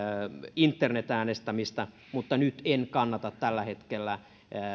internet äänestämistä mutta nyt en kannata tällä hetkellä